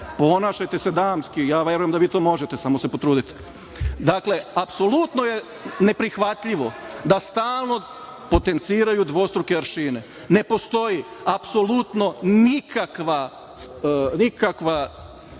ponašajte se damski, ja verujem da vi to možete samo se potrudite. Dakle, apsolutno je neprihvatljivo da stalno potenciraju dvostruke aršine. Ne postoji, apsolutno nikakva